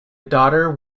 daughter